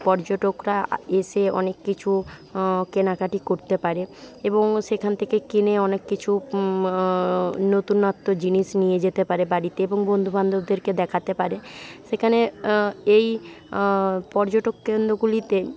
পর্যটকরা এসে অনেক কিছু কেনাকাটি করতে পারে এবং সেখান থেকে কিনে অনেক কিছু নতুনত্ব জিনিস নিয়ে যেতে পারে বাড়িতে এবং বন্ধু বান্ধবদেরকে দেখাতে পারে সেখানে এই পর্যটক কেন্দ্রগুলিতে